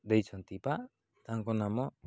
ଦେଇଛନ୍ତି ବା ତାଙ୍କ ନାମ